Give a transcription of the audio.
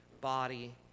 body